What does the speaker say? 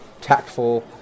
tactful